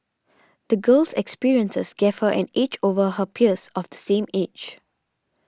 the girl's experiences gave her an edge over her peers of the same age